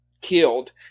killed